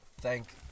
thank